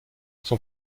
son